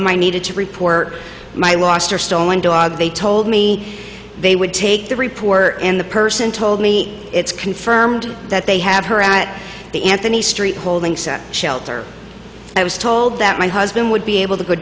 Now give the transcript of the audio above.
them i needed to report my lost or stolen dog they told me they would take three poor in the person told me it's confirmed that they had her at the anthony street holding shelter i was told that my husband would be able to go